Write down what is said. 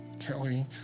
Kelly